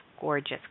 Gorgeous